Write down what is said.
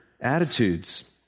attitudes